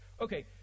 okay